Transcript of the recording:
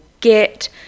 get